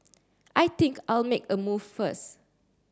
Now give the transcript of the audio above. I think I'll make a move first